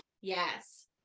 yes